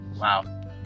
Wow